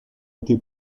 été